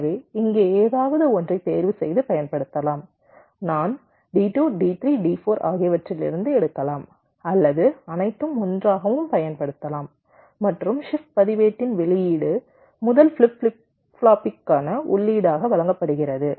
எனவே இங்கே ஏதாவது ஒன்றை தேர்வு செய்து பயன்படுத்தலாம் நான் D2 D3 D4 ஆகியவற்றிலிருந்து எடுக்கலாம் அல்லது அனைத்தும் ஒன்றாகவும் பயன்படுத்தலாம் மற்றும் ஷிப்ட் பதிவேட்டின் வெளியீடு முதல் ஃபிளிப் ஃப்ளாப்பிற்கான உள்ளீடாக வழங்கப்படுகிறது